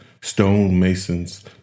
stonemasons